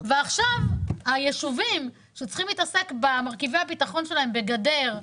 ועכשיו היישובים שצריכים להתעסק במרכיבי הביטחון שלהם בגדר,